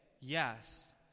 Yes